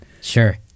Sure